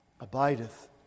abideth